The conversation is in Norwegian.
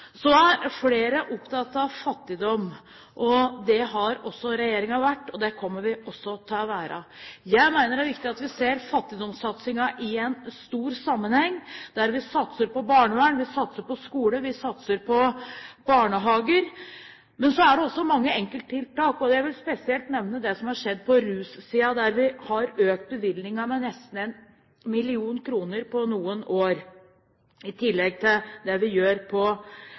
Så er flere opptatt av fattigdom. Det har også regjeringen vært, og det kommer vi også til å være. Jeg mener det er viktig at vi ser fattigdomssatsingen i en stor sammenheng, der vi satser på barnevern, skole og barnehager. Men så er det også mange enkelttiltak, og jeg vil spesielt nevne det som har skjedd på russiden, der vi har økt bevilgningen med nesten 1 mrd. kr på noen år i tillegg til det vi gjør på